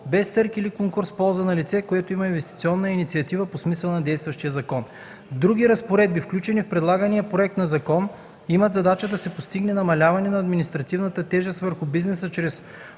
без търг или конкурс в полза на лице, което има инвестиционна инициатива по смисъла на действащия закон. Други разпоредби, включени в предлагания проект на закон, имат задачата да се постигне намаляване на административната тежест върху бизнеса